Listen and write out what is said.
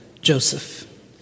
Joseph